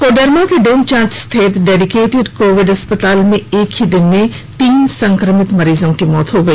कोडरमा के डोमचांच स्थित dedicated Covid अस्पताल में एक ही दिन में तीन संक्रमित मरीजों की मौत हो गई